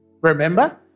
Remember